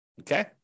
okay